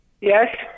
Yes